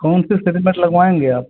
कौन सी लगवाएँगे आप